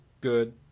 good